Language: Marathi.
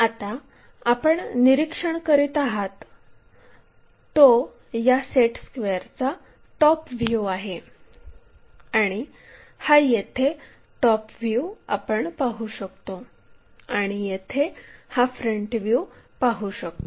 आता आपण निरीक्षण करीत आहोत तो या सेट स्क्वेअरचा टॉप व्ह्यू आहे आणि हा येथे टॉप व्ह्यू आपण पाहू शकतो आणि येथे हा फ्रंट व्ह्यू पाहू शकतो